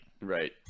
Right